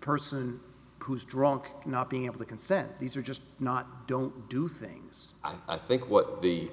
a person who's drunk not being able to consent these are just not don't do things i think what the